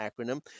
acronym